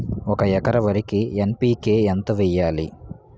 ఒక ఎకర వరికి ఎన్.పి కే ఎంత వేయాలి?